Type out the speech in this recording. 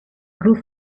cruz